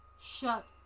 shut